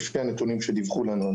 לפי מה שדיווחו לנו,